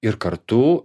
ir kartu